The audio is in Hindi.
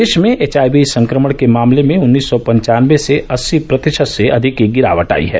देश में एचआईवी संक्रमण के मामले में उन्नीस सौ पन्वानबे से अस्सी प्रतिशत से अधिक की गिरावट आई है